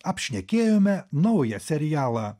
apšnekėjome naują serialą